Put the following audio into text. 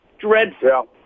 Dreadful